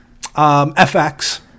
FX